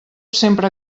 sempre